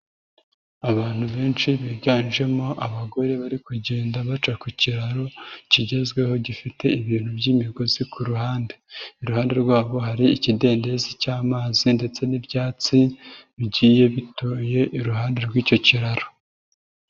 Abantu benshi biganjemo abagore bari kugenda baca ku kiraro kigezweho gifite ibintu by'imigozi ku ruhande. Iruhande rwabo hari ikidendezi cy'amazi ndetse n'ibyatsi bigiye bitoye iruhande rw'icyo kiraro.